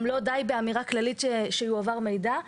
גם לא די באמירה כללית שיועבר מידע.